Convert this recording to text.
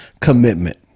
commitment